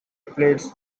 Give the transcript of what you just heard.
plates